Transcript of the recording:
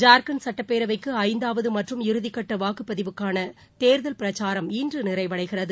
ஜார்க்கண்ட் சட்டப்பேரவைக்கு ஐந்தாவது மற்றும் இறுதிக்கட்ட வாக்குப்பதிக்கான தேர்தல் பிரச்சாரம் இன்று நிறைவடைகிறது